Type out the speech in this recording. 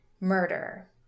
murder